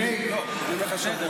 אני אומר לך שבוע.